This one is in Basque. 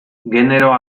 genero